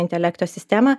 intelekto sistemą